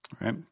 right